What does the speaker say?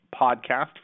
podcast